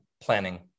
planning